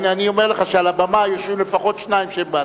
הנה אני אומר לך שעל הבמה יושבים לפחות שניים שהם בעדך.